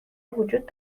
وجود